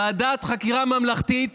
ועדת חקירה ממלכתית,